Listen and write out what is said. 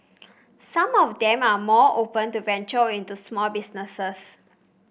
some of them are more open to venture into small businesses